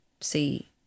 see